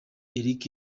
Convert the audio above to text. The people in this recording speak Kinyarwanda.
eric